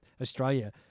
Australia